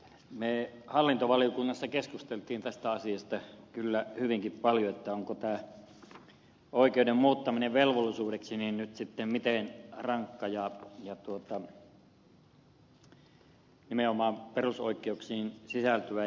me hallintovaliokunnassa keskustelimme tästä asiasta kyllä hyvinkin paljon onko tämä oikeuden muuttaminen velvollisuudeksi nyt sitten miten rankka ja nimenomaan perusoikeuksiin sisältyvä